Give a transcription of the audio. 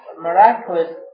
miraculous